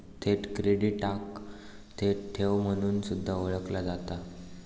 थेट क्रेडिटाक थेट ठेव म्हणून सुद्धा ओळखला जाता